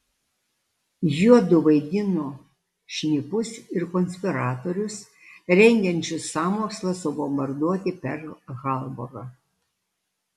juodu vaidino šnipus ir konspiratorius rengiančius sąmokslą subombarduoti perl harborą